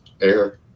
air